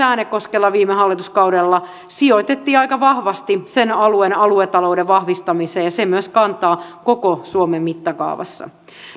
äänekoskella viime hallituskaudella sijoitettiin aika vahvasti sen alueen aluetalouden vahvistamiseen ja se myös kantaa koko suomen mittakaavassa